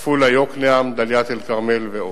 עפולה, יוקנעם, דאלית-אל-כרמל ועוד.